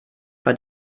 bei